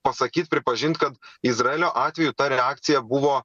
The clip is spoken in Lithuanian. pasakyt pripažint kad izraelio atveju ta reakcija buvo